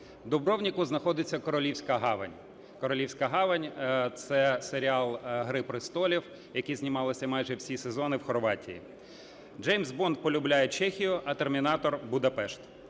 Дубровнику знаходиться Королівська Гавань. Королівська Гавань – це серіал "Гри престолів", які знімалися майже всі сезони в Хорватії. "Джеймс Бонд" полюбляє Чехію, а "Термінатор" – Будапешт.